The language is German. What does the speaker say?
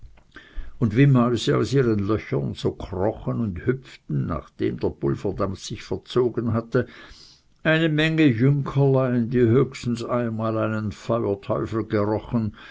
und wie mäuse aus ihren löchern so krochen und hüpften nachdem der pulverdampf sich verzogen hatte eine menge jünkerlein die höchstens einmal einen feuerteufel gerochen